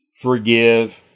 forgive